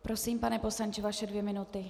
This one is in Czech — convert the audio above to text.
Prosím, pane poslanče, vaše dvě minuty.